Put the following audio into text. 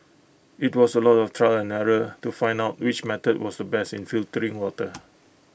IT was A lot of trial and error to find out which method was the best in filtering water